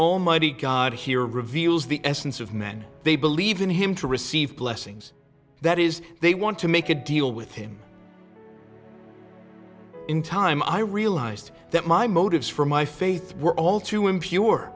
almighty god here reveals the essence of man they believe in him to receive blessings that is they want to make a deal with him in time i realized that my motives for my faith were all t